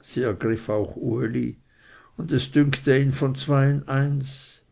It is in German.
sie ergriff auch uli und es dünkte ihn von zweien eins